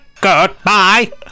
Goodbye